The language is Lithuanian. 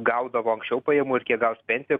gaudavo anksčiau pajamų ir kiek gaus pensijų